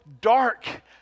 dark